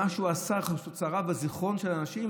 שהוא צרב בזיכרון של אנשים.